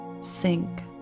sink